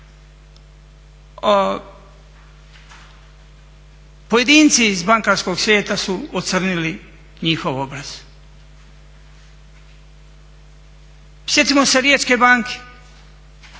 Pojedinci iz bankarskog svijeta su ocrnili njihov obraz. Sjetimo se Riječke banke